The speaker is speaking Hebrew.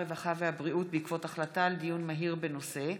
הרווחה והבריאות בעקבות דיון מהיר בהצעתן